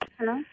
Hello